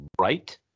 Right